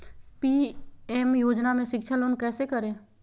PM योजना में शिक्षा लोन कैसे करें?